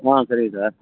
ஆ சரிங்க சார்